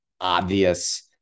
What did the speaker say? obvious